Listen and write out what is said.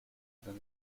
than